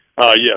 yes